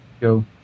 go